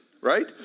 right